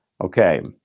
Okay